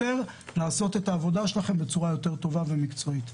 לעשות את עבודתכם בצורה יותר טובה ומקצועית.